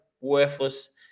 worthless